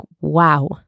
wow